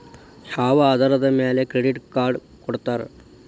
ಯಾವ ಆಧಾರದ ಮ್ಯಾಲೆ ಕ್ರೆಡಿಟ್ ಕಾರ್ಡ್ ಕೊಡ್ತಾರ?